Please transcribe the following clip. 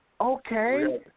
okay